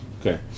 Okay